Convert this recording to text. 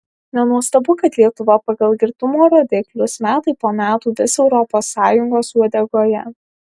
nenuostabu kad lietuva pagal girtumo rodiklius metai po metų vis europos sąjungos uodegoje